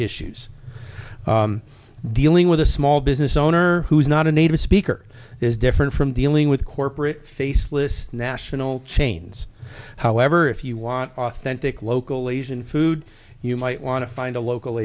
issues dealing with a small business owner who is not a native speaker is different from dealing with corporate faceless national chains however if you want authentic local asian food you might want to find a local